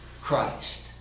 Christ